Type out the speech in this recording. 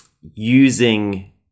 using